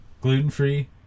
Gluten-free